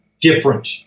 different